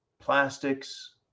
plastics